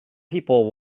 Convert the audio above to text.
people